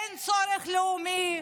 אין צורך לאומי,